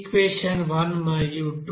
ఈ ఈక్వెషన్ 1 మరియు 2